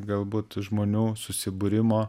galbūt žmonių susibūrimo